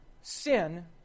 sin